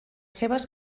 seves